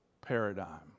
paradigm